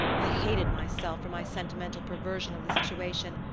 i hated myself for my sentimental perversion of the situation.